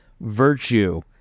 Virtue